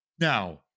Now